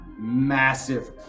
Massive